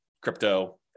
crypto